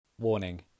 Warning